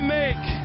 make